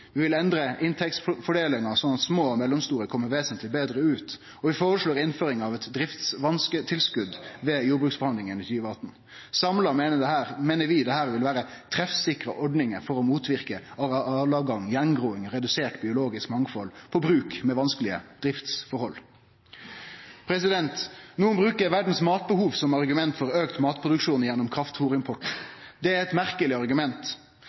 Vi vil endre inntektsfordelinga sånn at små og mellomstore bruk kjem vesentleg betre ut, og vi føreslår innføring av eit driftsvansketilskot ved jordbruksforhandlingane i 2018. Samla meiner vi dette vil vere treffsikre ordningar for å motverke arealavgang, gjengroing og redusert biologisk mangfald på bruk med vanskelege driftsforhold. Nokre bruker verdas matbehov som argument for auka matproduksjon gjennom kraftfôrimport. Det er eit merkeleg argument,